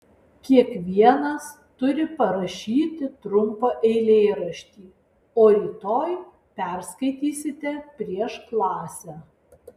kiekvienas turi parašyti trumpą eilėraštį o rytoj perskaitysite prieš klasę